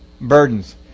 burdens